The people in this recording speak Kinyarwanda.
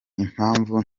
impamvu